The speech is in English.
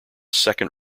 second